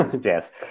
yes